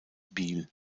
biel